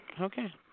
Okay